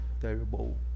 terrible